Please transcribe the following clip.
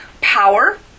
Power